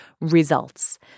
results